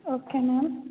okay ma'am